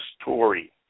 story